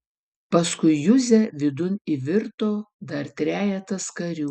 paskui juzę vidun įvirto dar trejetas karių